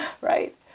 right